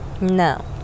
No